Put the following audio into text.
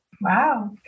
Wow